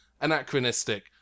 anachronistic